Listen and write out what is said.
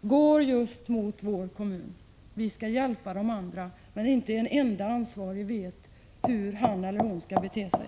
går just mot vår kommun, och det skulle vara förödande. Vi skall hjälpa andra människor, men inte en enda ansvarig vet hur han eller hon skall bete sig.